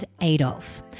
Adolf